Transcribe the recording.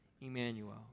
Emmanuel